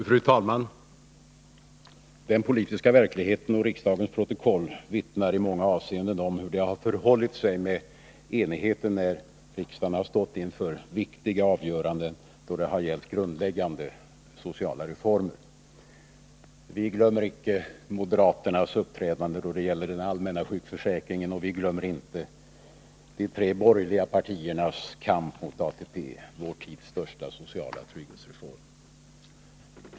Fru talman! Den politiska verkligheten och riksdagens protokoll vittnar i många avseenden om hur det har förhållit sig med enigheten när riksdagen har stått inför viktiga avgöranden då det gällt grundläggande sociala reformer. Vi glömmer icke moderaternas uppträdande då det gäller den allmänna sjukförsäkringen, och vi glömmer inte de tre borgerliga partiernas kamp mot ATP, vår tids största sociala trygghetsreform.